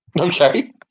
Okay